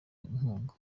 inkunga